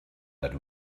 that